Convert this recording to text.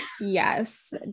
yes